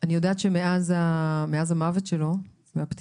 אני יודעת שמאז המוות שלו, מאז הפטירה,